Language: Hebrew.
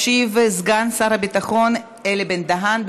ישיב סגן שר הביטחון אלי בן-דהן.